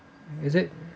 is it